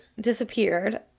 disappeared